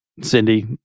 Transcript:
cindy